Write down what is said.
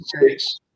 six